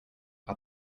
are